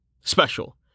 Special